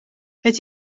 het